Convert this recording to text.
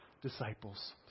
disciples